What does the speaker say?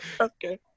okay